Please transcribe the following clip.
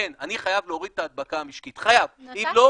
כן, אני חייב להוריד את ההדבקה המשקית, אם לא,